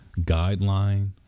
guideline